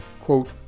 quote